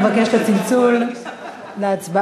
אבקש, את הצלצול להצבעה.